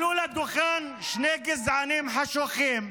עלו לדוכן שני גזענים חשוכים,